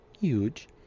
huge